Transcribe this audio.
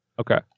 Okay